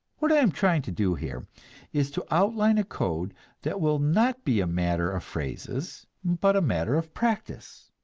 what i am trying to do here is to outline a code that will not be a matter of phrases but a matter of practice.